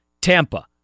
Tampa